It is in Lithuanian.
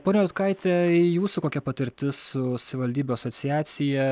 ponia juodkaite jūsų kokia patirtis su savivaldybių asociacija